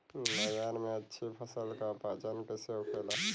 बाजार में अच्छी फसल का पहचान कैसे होखेला?